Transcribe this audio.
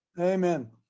Amen